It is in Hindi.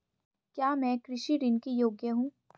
क्या मैं कृषि ऋण के योग्य हूँ?